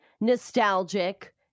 nostalgic